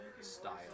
Style